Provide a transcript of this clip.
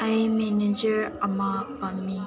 ꯑꯩ ꯃꯦꯅꯦꯖꯔ ꯑꯃ ꯄꯥꯝꯃꯤ